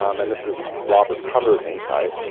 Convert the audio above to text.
um and this is robert cover's insight,